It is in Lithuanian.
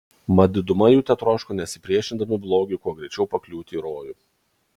mat diduma jų tetroško nesipriešindami blogiui kuo greičiau pakliūti į rojų